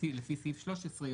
לפי סעיף 13,